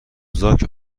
زاک